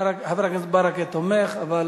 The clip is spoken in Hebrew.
חבר הכנסת ברכה תומך, אבל